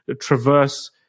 traverse